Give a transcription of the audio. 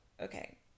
okay